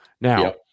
Now